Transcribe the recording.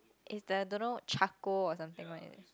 is the don't know charcoal or something one is it